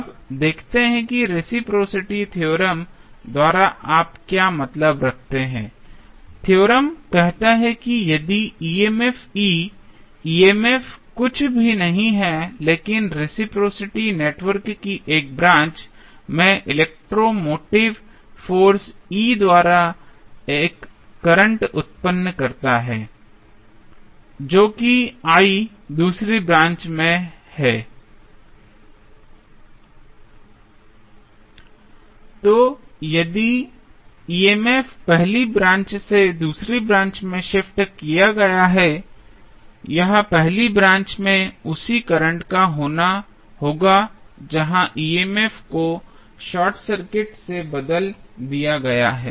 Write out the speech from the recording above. अब देखते हैं कि रेसिप्रोसिटी थ्योरम द्वारा आप क्या मतलब रखते हैं थ्योरम कहता है कि यदि emf E emf कुछ भी नहीं है लेकिन रेसिप्रोसिटी नेटवर्क की 1 ब्रांच में इलेक्ट्रो मोटिव फोर्स E द्वारा एक करंट उत्पन्न करता है जो कि I दूसरी ब्रांच में है तो यदि emf पहली से दूसरी ब्रांच में ट्रांसफर किया गया है यह पहली ब्रांच में उसी करंट का कारण होगा जहां emf को शॉर्ट सर्किट से बदल दिया गया है